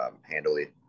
handily